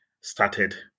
started